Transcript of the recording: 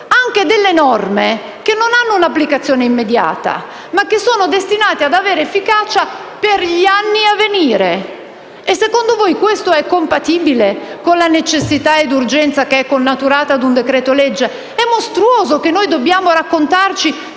anche norme che non hanno un'applicazione immediata, ma che sono destinate ad avere efficacia per gli anni a venire. Secondo voi questo è compatibile con la necessità e l'urgenza connaturate a un decreto-legge? È mostruoso che dobbiamo raccontarci